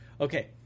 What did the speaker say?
Okay